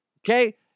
Okay